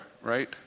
Right